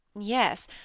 Yes